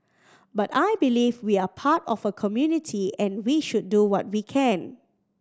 but I believe we are part of a community and we should do what we can